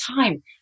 time